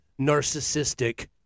narcissistic